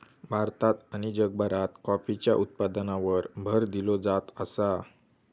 भारतात आणि जगभरात कॉफीच्या उत्पादनावर भर दिलो जात आसा